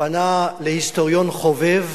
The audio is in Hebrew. פנה להיסטוריון חובב